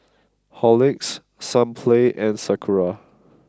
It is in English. Horlicks Sunplay and Sakura